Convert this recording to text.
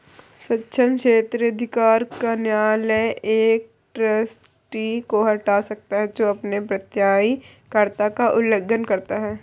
सक्षम क्षेत्राधिकार का न्यायालय एक ट्रस्टी को हटा सकता है जो अपने प्रत्ययी कर्तव्य का उल्लंघन करता है